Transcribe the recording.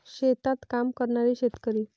शेतात काम करणारे शेतकरी